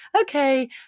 okay